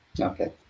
Okay